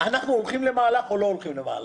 אנחנו הולכים למהלך או לא הולכים למהלך.